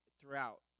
throughout